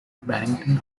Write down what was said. barrington